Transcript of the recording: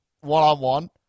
one-on-one